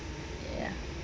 ya